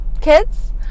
kids